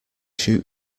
shoot